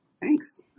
Thanks